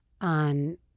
on